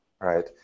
right